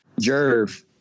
Jerv